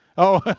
oh.